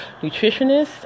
nutritionist